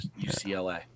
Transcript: UCLA